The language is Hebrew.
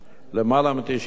למעלה מ-90%.